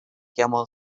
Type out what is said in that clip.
camel